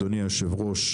אדוני היושב-ראש,